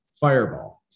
fireball